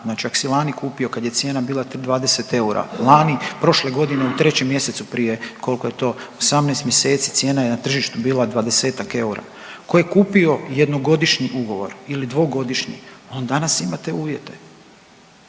Znači ak si lani kupio kad je cijena bila 20 eura, lani prošle godine u 3. mjesecu prije, koliko je to 18 mjeseci cijena je na tržištu bila 20-ak eura. Ko je kupio jednogodišnji ugovor ili dvogodišnji on danas ima te uvjete